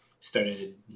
Started